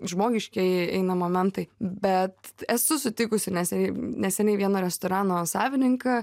žmogiškieji eina momentai bet esu sutikusi neseniai neseniai vieno restorano savininką